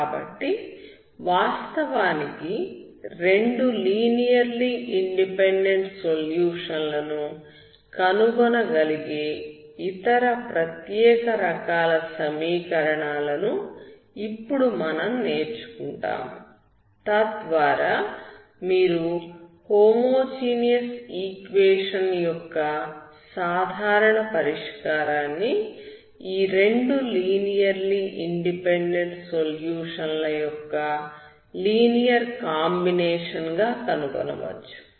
కాబట్టి వాస్తవానికి రెండు లీనియర్లీ ఇండిపెండెంట్ సొల్యూషన్ లను కనుగొనగలిగే ఇతర ప్రత్యేక రకాల సమీకరణాలను ఇప్పుడు మనం నేర్చుకుంటాము తద్వారా మీరు హోమోజీనియస్ ఈక్వేషన్ యొక్క సాధారణ పరిష్కారాన్ని ఈ రెండు లీనియర్లీ ఇండిపెండెంట్ సొల్యూషన్ ల యొక్క లీనియర్ కాంబినేషన్ గా కనుగొనవచ్చు